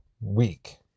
week